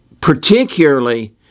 particularly